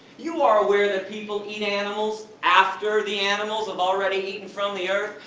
you are aware that people eat animals after the animals have already eaten from the earth.